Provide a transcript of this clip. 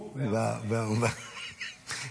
הוא והמקליט.